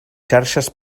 xarxes